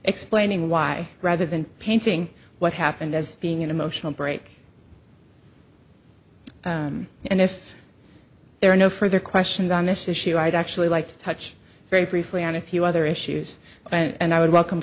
explaining why rather than painting what happened as being an emotional break and if there are no further questions on this issue i'd actually like to touch very briefly on a few other issues and i would welcome